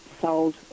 sold